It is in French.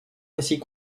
récits